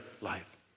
life